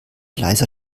leiser